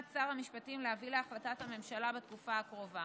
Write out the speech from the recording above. שר המשפטים להביא להחלטת הממשלה בתקופה הקרובה.